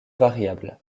variable